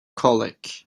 colic